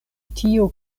tio